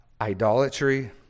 Idolatry